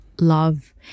love